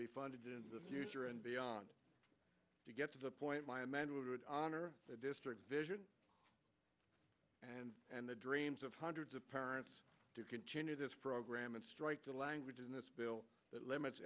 be funded in the future and beyond to get to the point my man who would honor the district's vision and and the dreams of hundreds of parents to continue this program and strike the language in this bill that limits